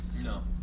no